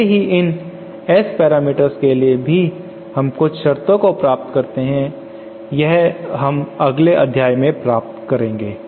ऐसे ही इन S पैरामीटर्स के लिए भी हम कुछ शर्तों को प्राप्त कर सकते हैं और यह हम अपने अगले अध्याय में प्राप्त करेंगे